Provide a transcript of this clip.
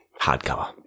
hardcover